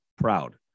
proud